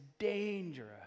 dangerous